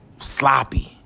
sloppy